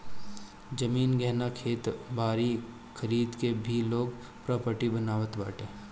जमीन, गहना, खेत बारी खरीद के भी लोग प्रापर्टी बनावत बाटे